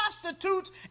prostitutes